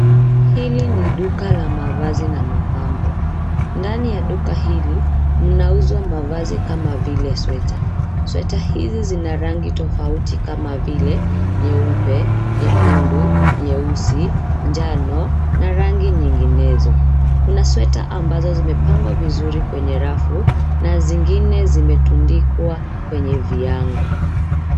Hili ni duka la mavazi na mapambo, ndani ya duka hili mnauzwa mavazi kama vile sweater [cs. Sweater hizi zina rangi tofauti kama vile nyeupe ,nyekundu, nyeusi, njano na rangi nyinginezo. Kuna sweater ambazo zimepangwa vizuri kwenye rafu na zingine zimetundikwa kwenye viyango.